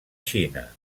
xina